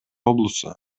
облусу